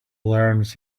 learns